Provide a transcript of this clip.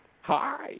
Hi